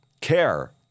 care